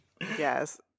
Yes